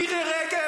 מירי רגב,